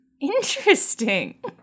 Interesting